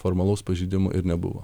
formalaus pažeidimo ir nebuvo